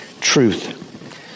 truth